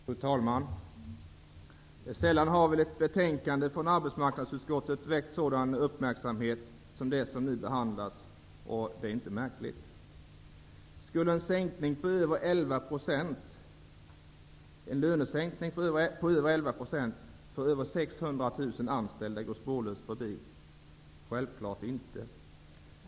Fru talman! Sällan har väl ett betänkande från arbetsmarknadsutskottet väckt sådan uppmärksamhet som det som nu behandlas, och det är inte märkligt. Skulle en lönesänkning på över 11 % för över 600 000 anställda gå spårlöst förbi? Självfallet inte.